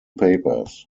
papers